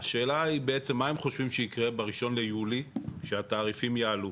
הם חושבים שיקרה ב-1 ביולי, כשהתעריפים יעלו?